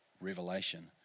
revelation